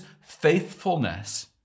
faithfulness